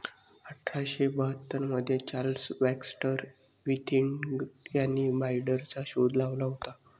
अठरा शे बाहत्तर मध्ये चार्ल्स बॅक्स्टर विथिंग्टन यांनी बाईंडरचा शोध लावला होता